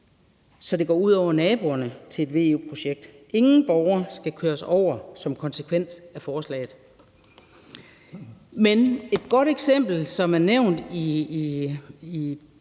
så det går ud over naboerne til et VE-projekt. Ingen borgere skal køres over som konsekvens af forslaget. Et godt eksempel, som er nævnt i